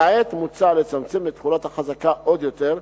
כעת מוצע לצמצם את תחולת החזקה עוד יותר,